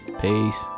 Peace